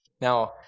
Now